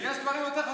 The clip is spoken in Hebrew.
יש דברים יותר חשובים.